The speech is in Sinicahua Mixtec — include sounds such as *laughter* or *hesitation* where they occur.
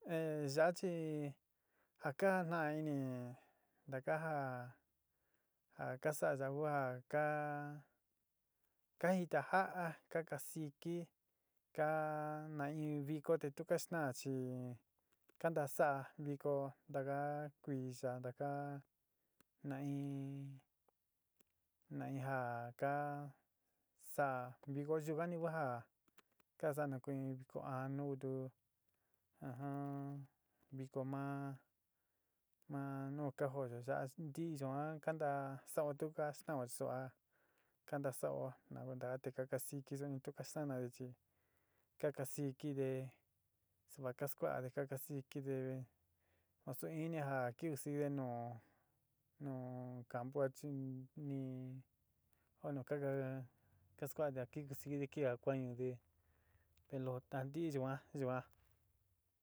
Te yaá chi ja ka gnaá ini ntaka ja ja ka saá yaá kua ka ka jitaja'á, ka kasikí ka na in viko te tu ka staán chi ka ntasaá vikó taka kuiya taka na in na in ja ka sa'a viko yukani ku ja ka saá nukuin viko anú tu, *hesitation* viko ma ma nu ka jóóyo yaá, ntí yuan kanta sao tu ka stan'ó sua kanta sa'ó na kuenta te ka kasiki suni tu ka sanade chi kakasikidé sua ka sku'ade ka kasikide oó su inni ja kiside nu nu campu a chi ni oó nu ka ka kasku'ade a ki kusikide a kuañudé pelota, ntí yuan yuan.